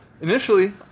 Initially